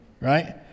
right